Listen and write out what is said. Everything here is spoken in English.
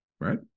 right